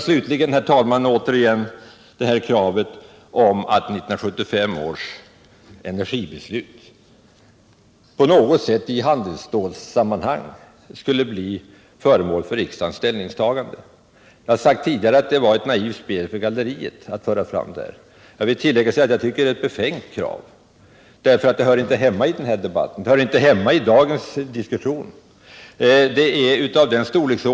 Slutligen, herr talman, har vi återigen kravet om att 1975 års energibeslut på något sätt skulle bli föremål för riksdagens ställningstagande i handelsstålssammanhang. Jag har sagt tidigare att det var ett naivt spel för galleriet att föra fram det förslaget. Jag vill tillägga att jag tycker att det är ett befängt krav, därför att det hör inte hemma i den här debatten. Det hör inte hemma i dagens diskussion.